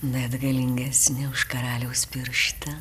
bet galingesnė už karaliaus pirštą